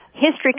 history